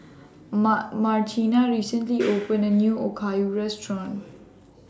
Ma Martina recently opened A New Okayu Restaurant